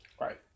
Right